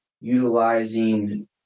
utilizing